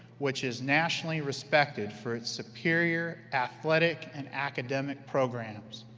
which is nationally respected for its superior athletic and academic programs.